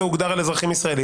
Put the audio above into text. תהפוך אותם על הראש לא תמצא שקל.